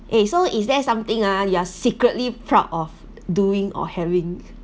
eh so is there something ah you are secretly proud of doing or having